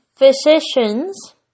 Physicians